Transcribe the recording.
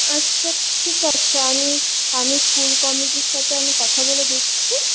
আচ্ছা ঠিক আছে আমি আমি স্কুল কমিটির সাথে আমি কথা বলে দেখছি